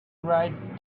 write